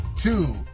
Two